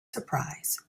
surprise